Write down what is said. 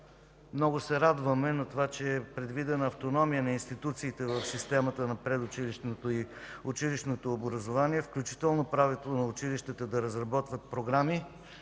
Много се радваме на това, че е предвидена автономия на институциите в системата на предучилищното и училищното образование, включително правото на училищата да разработват програми,